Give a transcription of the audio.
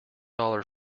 dollar